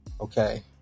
okay